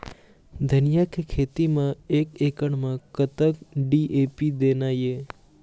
धनिया के खेती म एक एकड़ म कतक डी.ए.पी देना ये?